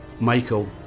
Michael